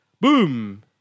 boom